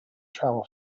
travel